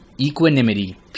Equanimity